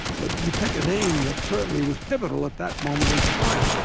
but you pick a name that certainly was pivotal at that moment in time,